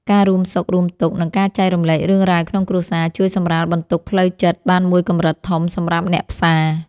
ការរួមសុខរួមទុក្ខ និងការចែករំលែករឿងរ៉ាវក្នុងគ្រួសារជួយសម្រាលបន្ទុកផ្លូវចិត្តបានមួយកម្រិតធំសម្រាប់អ្នកផ្សារ។